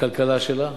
בכלכלה שלה,